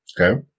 Okay